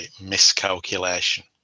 miscalculation